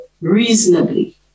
reasonably